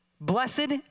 Blessed